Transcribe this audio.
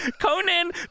Conan